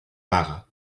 vaga